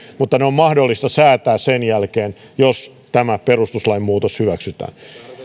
mutta ne on mahdollista säätää sen jälkeen jos tämä perustuslain muutos hyväksytään